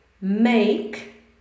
make